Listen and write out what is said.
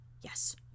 Yes